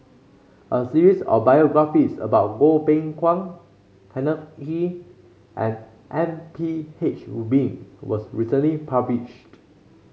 a series of biographies about Goh Beng Kwan Kenneth Kee and M P H Rubin was recently published